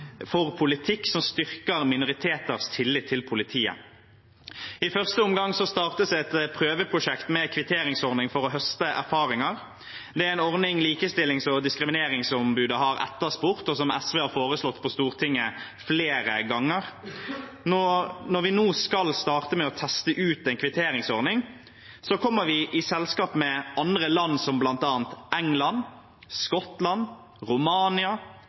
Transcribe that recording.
for politikk som styrker minoriteters tillit til politiet. I første omgang startes et prøveprosjekt med kvitteringsordning for å høste erfaringer. Det er en ordning likestillings- og diskrimineringsombudet har etterspurt, og som SV har foreslått på Stortinget flere ganger. Når vi nå skal starte med å teste ut en kvitteringsordning, kommer vi i selskap med andre land som bl.a. England, Skottland, Romania,